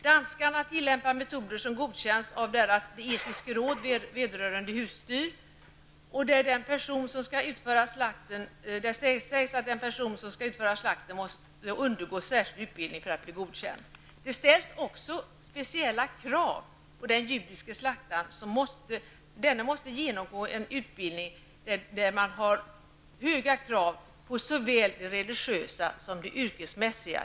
Danskarna tillämpar metoder som godkänts av ``Det etiske råd vedrörende Husdyr``, som säger att den person som skall utföra slakten måste undergå särskild utbildning för att bli godkänd. Det ställs också speciella krav på den judiske slaktaren, som måste genomgå speciell utbildning där det ställs höga krav på såväl det religiösa som det yrkesmässiga.